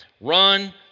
Run